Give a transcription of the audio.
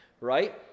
right